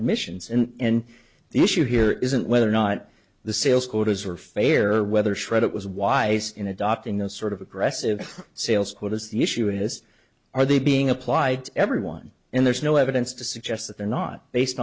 admissions in the issue here isn't whether or not the sales quotas are fair whether shred it was wise in adopting those sort of aggressive sales quotas the issue is are they being applied to everyone and there's no evidence to suggest that they're not based